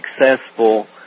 successful